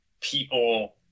people